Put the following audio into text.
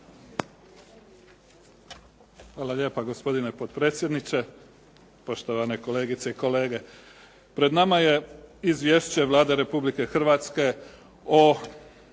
Hvala lijepa, gospodine potpredsjednice. Poštovane kolegice i kolege. Pred nama je Izvješće Vlade Republike Hrvatske o